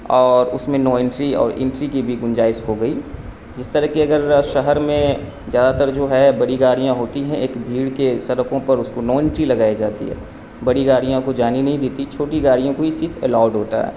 اور اس میں نو انٹری اور انٹری کی بھی گنجائش ہو گئی جس طرح کی اگر شہر میں زیادہ تر جو ہے بڑی گاڑیاں ہوتی ہیں ایک بھیڑ کے سڑکوں پر اس کو نو انٹری لگائی جاتی ہے بڑی گاڑیاں کو جانی نہیں دیتی چھوٹی گاڑیوں کو ہی صرف الاؤڈ ہوتا ہے